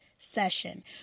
Session